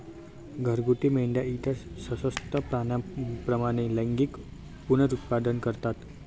घरगुती मेंढ्या इतर सस्तन प्राण्यांप्रमाणे लैंगिक पुनरुत्पादन करतात